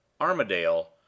Armadale